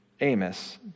Amos